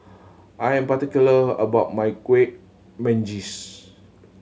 I am particular about my Kueh Manggis